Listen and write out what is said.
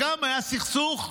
גם היה סכסוך עבודה,